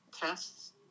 tests